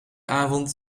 avond